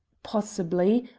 possibly,